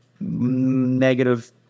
negative